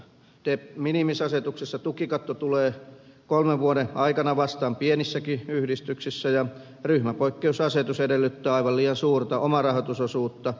de minimis asetuksessa tukikatto tulee kolmen vuoden aikana vastaan pienissäkin yhdistyksissä ja ryhmäpoikkeusasetus edellyttää aivan liian suurta omarahoitusosuutta palkkakustannuksista